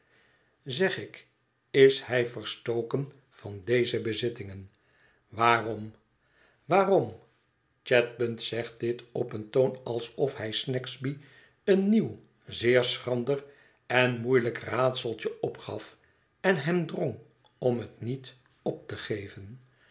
zeg ik is hij verstoken van deze bezittingen waarom waarom chadband zegt dit op een toon alsof hij snagsby een nieuw zeer schrander en moeielijk raadseltje opgaf en hem drong om het niet op te geven